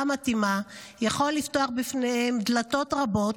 מתאימה יכול לפתוח בפניהם דלתות רבות,